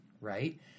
right